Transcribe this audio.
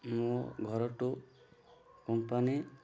ମୋ ଘରଠୁ କମ୍ପାନୀ